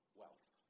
wealth